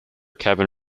kevin